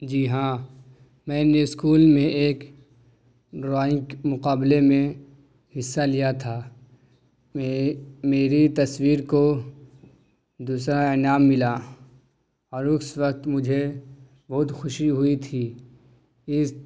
جی ہاں میں نے اسکول میں ایک ڈرائنگ مقابلے میں حصہ لیا تھا میں میری تصویر کو دوسرا انعام ملا اور اس وقت مجھے بہت خوشی ہوئی تھی اس